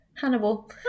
Hannibal